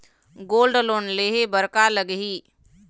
Gold loan लेहे बर का लगही?